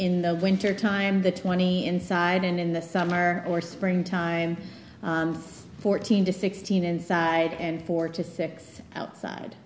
in the winter time the twenty inside in the summer or spring time fourteen to sixteen inside and four to six outside